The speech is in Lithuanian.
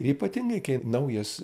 ir ypatingai kai naujas